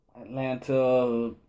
Atlanta